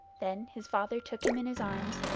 then his father took him in his arms,